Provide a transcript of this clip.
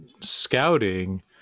scouting